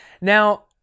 Now